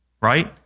Right